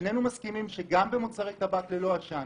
ושנינו מסכימים שגם במוצרי טבק ללא עשן